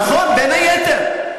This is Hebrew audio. נכון, בין היתר.